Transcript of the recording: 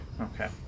Okay